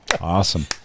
Awesome